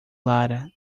lara